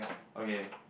okay